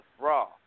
Raw